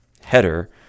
header